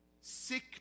sick